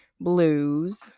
blues